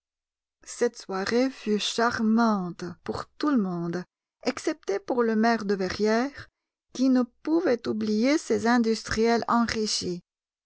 cette soirée fut charmante pour tout le monde excepté pour le maire de verrières qui ne pouvait oublier ses industriels enrichis